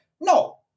no